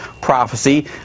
prophecy